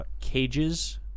cages